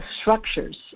structures